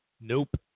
Nope